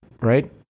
Right